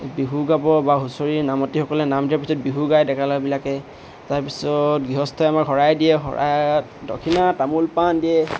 বিহু গাব বা হুঁচৰি নামতিসকলে নাম দিয়াৰ পিছত বিহু গায় ডেকা ল'ৰাবিলাকে তাৰপিছত গৃহস্থই আমাৰ শৰাই দিয়ে শৰাই দক্ষিণা তামোল পাণ দিয়ে